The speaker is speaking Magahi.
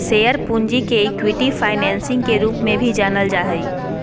शेयर पूंजी के इक्विटी फाइनेंसिंग के रूप में भी जानल जा हइ